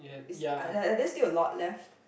is are are there still a lot left